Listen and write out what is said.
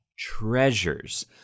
Treasures